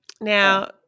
now